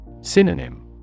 Synonym